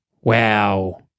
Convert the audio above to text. Wow